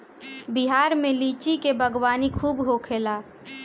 बिहार में लीची के बागवानी खूब होखेला